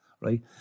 right